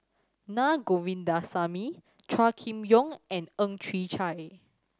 Na Govindasamy Chua Kim Yeow and Ang Chwee Chai